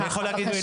בבקשה.